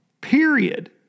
period